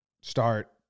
start